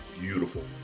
beautiful